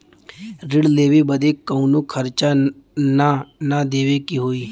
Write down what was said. ऋण लेवे बदे कउनो खर्चा ना न देवे के होई?